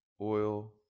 oil